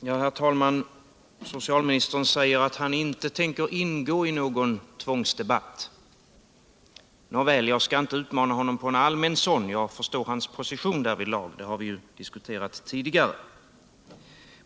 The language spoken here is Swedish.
Herr talman! Socialministern säger att han inte tänker ingå i någon tvångsdebatt. Nåväl, jag skall inte utmana honom på en allmän sådan. Jag förstår hans position därvidlag. Det har vi ju diskuterat tidigare.